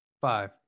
five